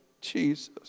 Jesus